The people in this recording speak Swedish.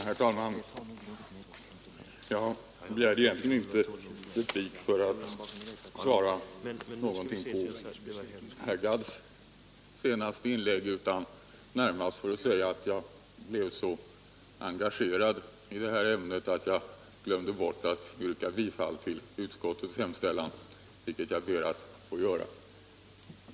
Herr talman! Jag begärde egentligen inte replik för att svara på herr Gadds senaste inlägg utan närmast för att säga att jag blev Så engagerad i detta ämne att jag glömde bort att yrka bifall till utskottets hemställan, vilket jag nu ber att få göra.